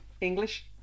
English